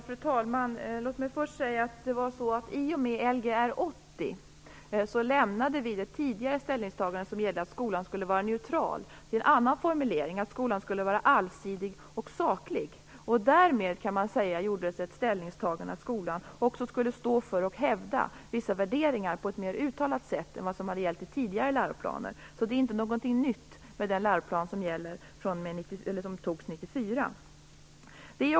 Fru talman! Låt mig först säga att i och med Lgr 80 lämnade vi det tidigare ställningstagandet som gällde att skolan skulle vara neutral och införde en annan formulering. Skolan skulle vara allsidig och saklig. Man kan säga att det därmed gjordes ett ställningstagande att skolan också skulle stå för och hävda vissa värderingar på ett mer uttalat sätt än vad som hade gällt i tidigare läroplaner. Det är alltså ingenting nytt i den läroplan som antogs 1994.